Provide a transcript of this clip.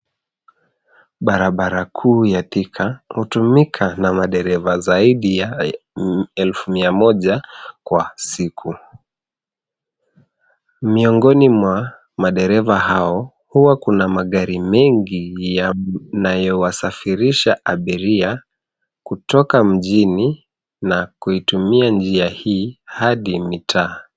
Barabara kuu ya Thika hutumika na madereva zaidi ya elfu mia moja kwa siku. Miongoni mwa madereva hao huwa kuna magari mengi yanayowasafirisha abiria kutoka mjini na kuitumia njia hii hadi mitaa.